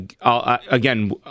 Again